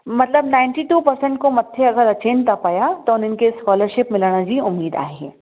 मतिलब ninety two percent खां मथे अगरि अचनि था पिया त उन्हनि खे स्कॉलरशिप मिलण जी उमीद आहे